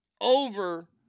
over